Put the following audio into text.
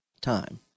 Time